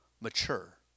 mature